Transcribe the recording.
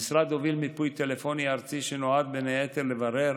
המשרד הוביל מיפוי טלפוני ארצי שנועד בין היתר לברר